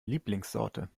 lieblingssorte